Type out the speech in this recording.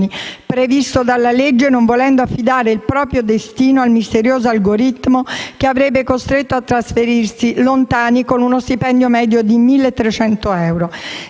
previsto dalla legge non volendo affidare il proprio destino al misterioso algoritmo che li avrebbe costretti a trasferirsi lontani con uno stipendio medio di 1.300 euro.